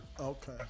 Okay